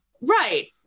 Right